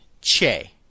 che